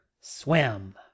Swim